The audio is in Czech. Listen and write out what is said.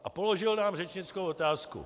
A položil nám řečnickou otázku.